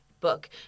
Book